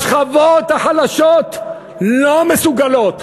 השכבות החלשות לא מסוגלות.